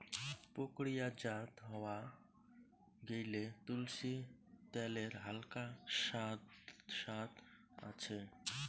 প্রক্রিয়াজাত হয়া গেইলে, তুলসী ত্যালের হালকা সাদ আছে